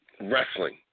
Wrestling